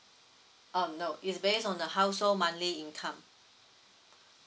um no it's based on the household monthly income